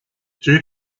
due